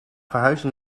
verhuizen